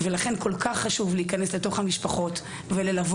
ולכן כול כך חשוב להיכנס לתוך המשפחות וללוות,